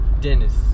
Dennis